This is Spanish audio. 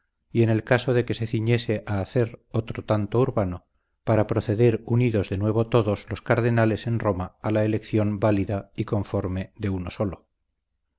y en el caso de que se ciñese a hacer otro tanto urbano para proceder unidos de nuevo todos los cardenales en roma a la elección válida y conforme de uno solo